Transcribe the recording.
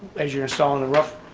as you're install and the roof,